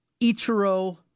Ichiro